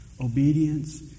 Obedience